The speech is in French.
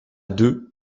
deux